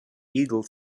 eagle